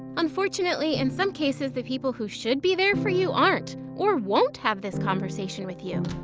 unfortunately, in some cases the people who should be there for you aren't, or won't have this conversation with you.